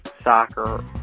soccer